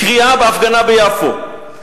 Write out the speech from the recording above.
קריאה בהפגנה ביפו: